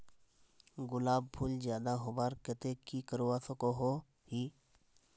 गुलाब फूल ज्यादा होबार केते की करवा सकोहो ही?